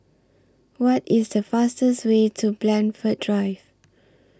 What IS The fastest Way to Blandford Drive